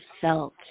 felt